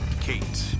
Kate